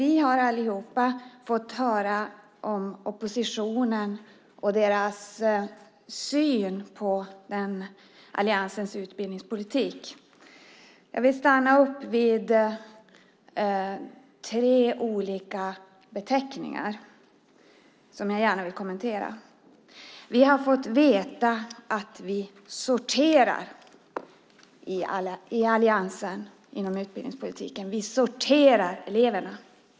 Vi har allihop fått höra oppositionens syn på alliansens utbildningspolitik. Jag vill stanna upp vid och kommentera tre olika beteckningar. Vi har fått veta att vi inom alliansen sorterar eleverna.